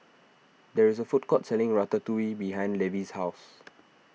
there is a food court selling Ratatouille behind Levie's house